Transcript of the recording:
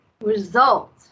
result